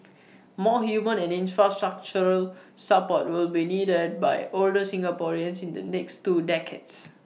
more human and infrastructural support will be needed by older Singaporeans in the next two decades